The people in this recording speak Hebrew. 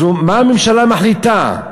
מה הממשלה מחליטה?